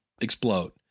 explode